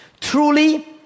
Truly